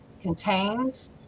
contains